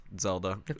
Zelda